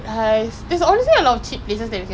that's why lah instead of slacking at home ah